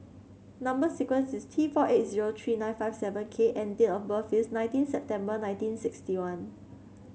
number sequence is T four eight zero three nine five seven K and date of birth is nineteen September nineteen sixty one